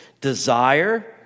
Desire